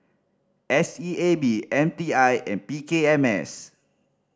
S E A B M T I and P K M S